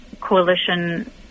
Coalition